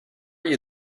you